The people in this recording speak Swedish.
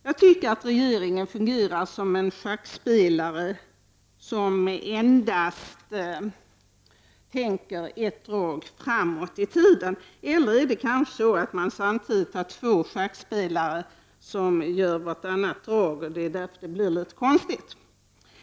Jag tycker att regeringen fungerar som en schackspelare som tänker endast ett drag framåt i tiden, eller är det kanske så att man samtidigt har två schackspelare som gör vartannat drag och att det därför blir litet konstigt.